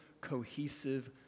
cohesive